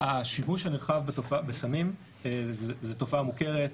השימוש הנרחב בסמים זאת תופעה מוכרת,